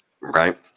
Right